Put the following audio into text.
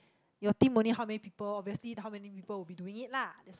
your team only how many people obviously how many people will be doing it lah